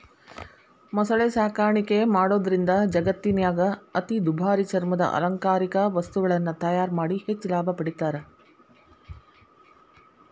ಮೊಸಳೆ ಸಾಕಾಣಿಕೆ ಮಾಡೋದ್ರಿಂದ ಜಗತ್ತಿನ್ಯಾಗ ಅತಿ ದುಬಾರಿ ಚರ್ಮದ ಅಲಂಕಾರಿಕ ವಸ್ತುಗಳನ್ನ ತಯಾರ್ ಮಾಡಿ ಹೆಚ್ಚ್ ಲಾಭ ಪಡಿತಾರ